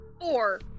four